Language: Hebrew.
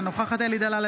אינה נוכחת אלי דלל,